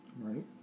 Right